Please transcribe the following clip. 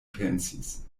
pensis